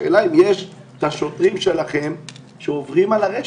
השאלה אם יש שוטרים שלכם שעוברים על הרשת.